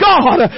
God